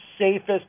safest